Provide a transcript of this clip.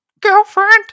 girlfriend